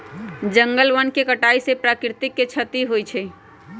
जंगल वन के कटाइ से प्राकृतिक के छति होइ छइ